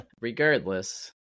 regardless